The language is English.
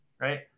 right